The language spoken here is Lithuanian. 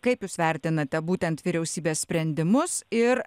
kaip jūs vertinate būtent vyriausybės sprendimus ir